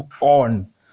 on